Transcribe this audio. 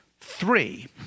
three